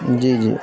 جی جی